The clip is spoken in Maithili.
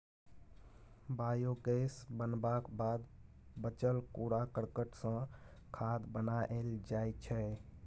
बायोगैस बनबाक बाद बचल कुरा करकट सँ खाद बनाएल जाइ छै